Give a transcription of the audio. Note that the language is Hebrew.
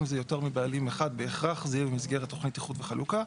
אם זה יותר מבעלים אחד בהכרח זה יהיה במסגרת תוכנית איחוד וחלוקה.